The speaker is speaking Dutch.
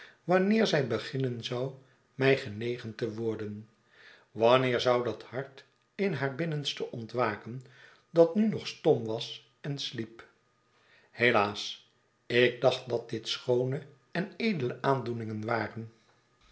wanneer zij beginnen zou mij genegen te worden wanneer zou dat hart in haar binnenste ontwaken dat nu nog stom was en sliep helaas ik dacht dat dit schoone en edele aandoeningen waren